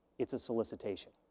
it's a solicitation.